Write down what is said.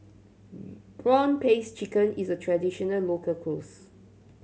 prawn paste chicken is a traditional local